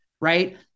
Right